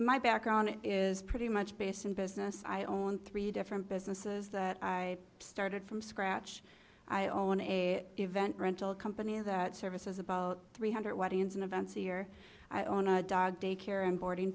my background is pretty much based in business i own three different businesses that i started from scratch i own a event rental company that services about three hundred what ins and events here i own a dog daycare and boarding